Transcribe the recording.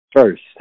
first